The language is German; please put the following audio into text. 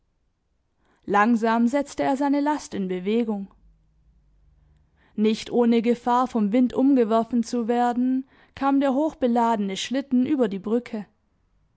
langsam setzte er seine last in bewegung nicht ohne gefahr vom wind umgeworfen zu werden kam der hochbeladene schlitten über die brücke